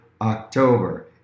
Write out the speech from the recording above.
October